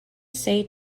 say